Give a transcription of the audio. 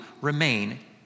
remain